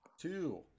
Two